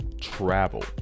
travel